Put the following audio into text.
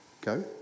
Go